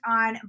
on